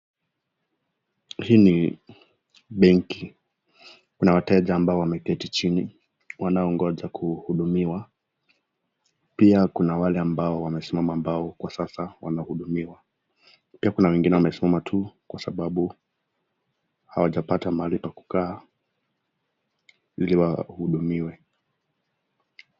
Hii ni benki . Kuna wateja ambao wameketi chini wanaoongoja kuhudumiwa, pia kuna wale ambao wamesimama ambao kwa Sasa wanaudhumiwa . Pia Kuna wengine wamesimama tu kwa sababu wajepata Mahali pa kukaa Ili waudumiwe.